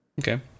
Okay